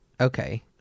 Okay